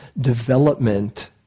development